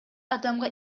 адамга